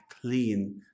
clean